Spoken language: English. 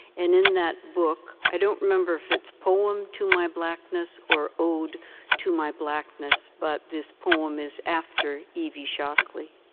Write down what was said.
and in that book, i don't remember if it's poem to my blackness or ode to my blackness, but this poem is after evie shockley